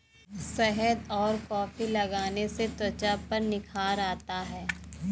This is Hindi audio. शहद और कॉफी लगाने से त्वचा पर निखार आता है